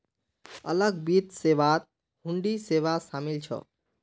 अलग वित्त सेवात हुंडी सेवा शामिल छ